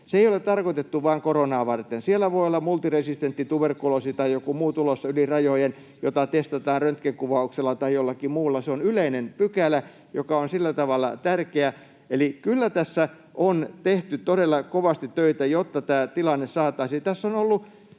Se ei ole tarkoitettu vain koronaa varten, siellä voi olla multiresistentti tuberkuloosi tai joku muu tulossa yli rajojen, jota testataan röntgenkuvauksella tai jollakin muulla. Se on yleinen pykälä, joka on sillä tavalla tärkeä. Eli kyllä tässä on tehty todella kovasti töitä, jotta tämä tilanne saataisiin...